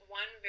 one